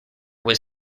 was